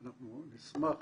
אנחנו נשמח